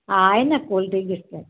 हा आहे न कोल्ड ड्रिंक इस्पराइ